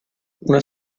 una